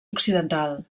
occidental